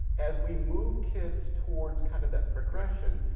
as we move kids towards kind of that progression,